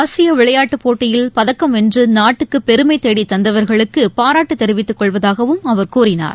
ஆசிய விளையாட்டுப் போட்டியில் பதக்கம் வென்று நாட்டுக்கு பெருமை தேடித் தந்தவர்களுக்கு பாராட்டுத் தெரிவித்துக் கொள்வதாகவும் அவர் கூறினார்